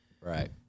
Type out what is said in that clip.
Right